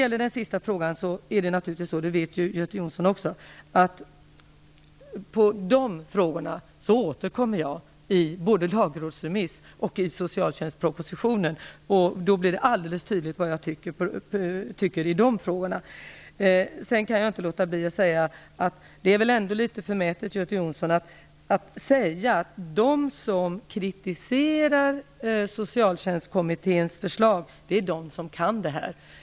Även Göte Jonsson vet naturligtvis att jag återkommer till de sista frågorna både i lagrådsremiss och i socialtjänstpropositionen. Då blir det alldeles tydligt vad jag tycker i de frågorna. Jag kan inte låta bli att tycka att det är litet förmätet av Göte Jonsson att säga att de som kritiserar Socialtjänstkommitténs förslag är de som kan frågorna.